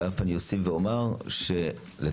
אני אוסיף ואומר שלצערנו,